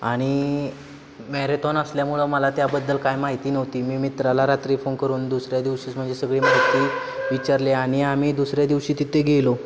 आणि मॅरेथॉन असल्यामुळं मला त्याबद्दल काय माहिती नव्हती मी मित्राला रात्री फोन करून दुसऱ्या दिवशीच म्हणजे सगळी माहिती विचारली आणि आम्ही दुसऱ्या दिवशी तिथे गेलो